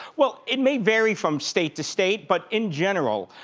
well it may vary from state to state, but in general,